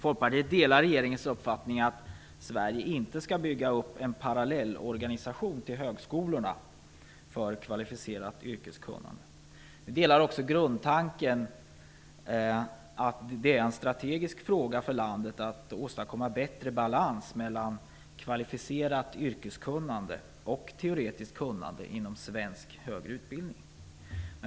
Folkpartiet delar regeringens uppfattning att Sverige inte skall bygga upp en parallellorganisation till högskolorna för kvalificerat yrkeskunnande. Vi delar också grundtanken att det är en strategisk fråga för landet att åstadkomma en bättre balans mellan kvalificerat yrkeskunnande och teoretiskt kunnande inom svensk högre utbildning.